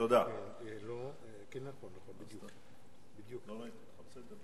ניתן לך את